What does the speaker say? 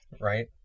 Right